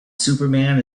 superman